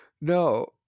No